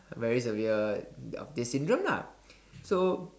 very severe of this syndrome lah so